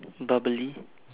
bubbly